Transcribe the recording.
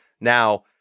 Now